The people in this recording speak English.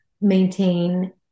maintain